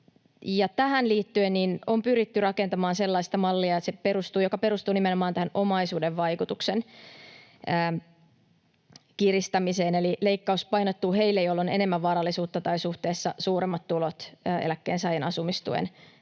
Tähän liittyen on pyritty rakentamaan sellaista mallia, joka perustuu nimenomaan tähän omaisuuden vaikutuksen kiristämiseen, eli leikkaus painottuu heille, joilla on enemmän varallisuutta tai suhteessa suuremmat tulot eläkkeensaajan asumistuen saajista.